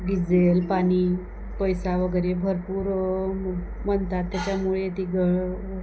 diesel पाणी पैसा वगैरे भरपूर म्हणतात त्याच्यामुळे ती गळ